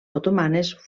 otomanes